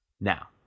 Now